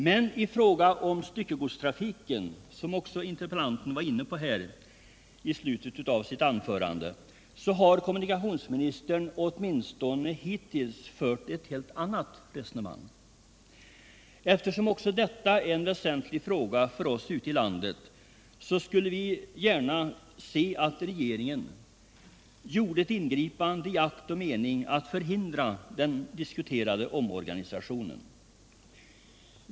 Men i fråga om styckegodstrafiken, som interpellanten kom in på i slutet av sitt anförande, har kommunikationsministern åtminstone hittills fört ett helt annat resonemang. Eftersom också detta är en väsentlig fråga för oss ute i landet, skulle vi gärna sc att regeringen gjorde ett ingripande i akt och mening att förhindra den diskuterade omorganisationen.